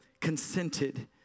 consented